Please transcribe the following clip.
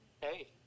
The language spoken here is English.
Hey